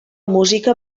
música